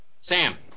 Sam